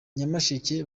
nyamasheke